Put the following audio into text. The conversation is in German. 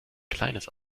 kleines